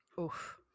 Oof